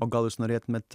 o gal jūs norėtumėt